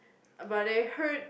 but they heard